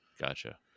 gotcha